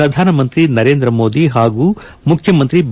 ಪ್ರಧಾನಮಂತ್ರಿ ನರೇಂದ್ರ ಮೋದಿ ಹಾಗೂ ಮುಖ್ಯಮಂತ್ರಿ ಬಿ